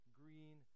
green